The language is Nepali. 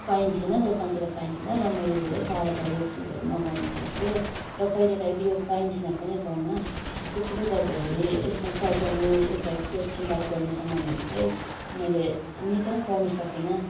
पाइन्थेन दोकान तिर पाइन्थेन र मैले धेरै टाडाबड यो चिजहरू मगाउनु पर्थ्यो र कहिले कहीँ यो पाइन्थेन पनि गाउँमा त्यसैले गर्दाखेरि यसमा सजाउने यसलाई सोह्रशृङ्गार गर्ने समानहरू चाहिँ मैले निकै नै पाउनु सकिनँ